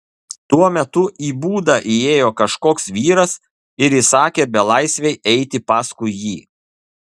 tuo metu į būdą įėjo kažkoks vyras ir įsakė belaisvei eiti paskui jį